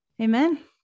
Amen